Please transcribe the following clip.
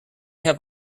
have